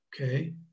Okay